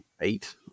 eight